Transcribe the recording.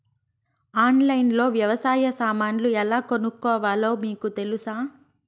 ఆన్లైన్లో లో వ్యవసాయ సామాన్లు ఎలా కొనుక్కోవాలో మీకు తెలుసా?